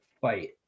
fight